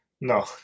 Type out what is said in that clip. no